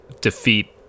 defeat